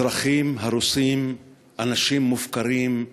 אזרחים הרוסים, אנשים מופקרים,